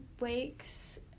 weeks